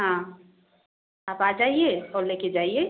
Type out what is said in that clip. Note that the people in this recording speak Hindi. हाँ आप आ जाइए और ले कर जाइए